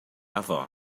avó